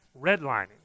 redlining